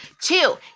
Two